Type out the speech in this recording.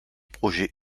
projets